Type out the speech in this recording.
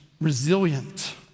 resilient